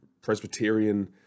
Presbyterian